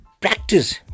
practice